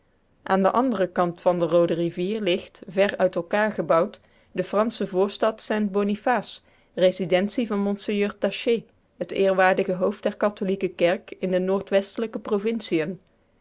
aan den anderen kant der roode rivier ligt ver uit elkaar gebouwd de fransche voorstad saint boniface residentie van monseigneur taché het eerwaarde hoofd der katholieke kerk in de noordwestelijke provinciën